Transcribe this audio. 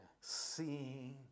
Seeing